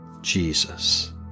Jesus